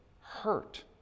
hurt